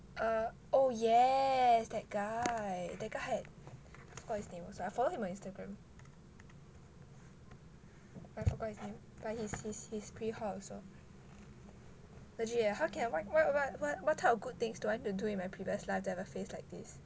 uh oh yes that guy that guy had forgot his name also I follow him on Instagram I forgot his name but he he's pretty hot legit leh how can what what what what what type of good things do I have to do in my previous life to have a face like this